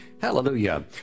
Hallelujah